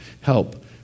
help